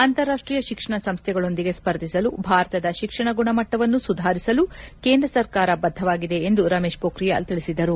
ಅಂತಾರಾಷ್ಷೀಯ ಶಿಕ್ಷಣ ಸಂಸ್ಥೆಗಳೊಂದಿಗೆ ಸ್ಪರ್ಧಿಸಲು ಭಾರತದ ಶಿಕ್ಷಣ ಗುಣಮಟ್ಟವನ್ನು ಸುಧಾರಿಸಲು ಕೇಂದ್ರ ಸರ್ಕಾರ ಬದ್ದವಾಗಿದೆ ಎಂದು ರಮೇಶ್ ಮೋಬ್ರಿಯಾಲ್ ತಿಳಿಸಿದರು